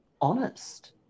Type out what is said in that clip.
Honest